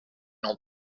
non